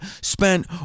spent